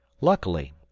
Luckily